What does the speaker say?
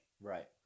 Right